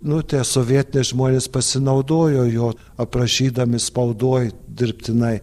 nu tie sovietiniai žmonės pasinaudojo jo aprašydami spaudoj dirbtinai